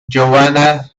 joanna